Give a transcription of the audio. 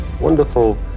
wonderful